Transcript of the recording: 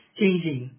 changing